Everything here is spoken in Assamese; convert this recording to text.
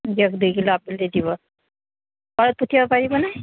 দিয়ক দুই কিলো আপেল দি দিব অঁ পঠিয়াব পাৰিবনে